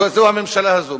זו הממשלה הזו.